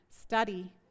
study